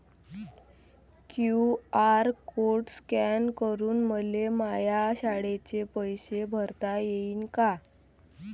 QR code scan करून मले माया शाळेचे पैसे भरता येईन का?